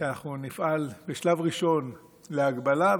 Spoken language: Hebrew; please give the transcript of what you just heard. שאנחנו נפעל בשלב ראשון להגבלה,